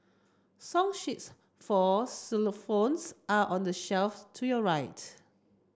song sheets for xylophones are on the shelf to your right